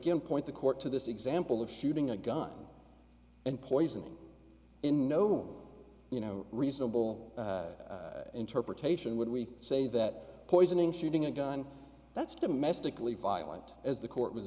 can point the court to this example of shooting a gun and poisoning in no room you know reasonable interpretation would we say that poisoning shooting a gun that's domestically violent as the court was